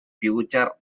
future